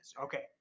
Okay